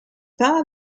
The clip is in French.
pas